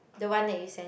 the one that you send